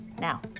Now